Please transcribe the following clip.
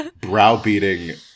browbeating